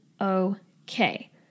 okay